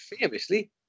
famously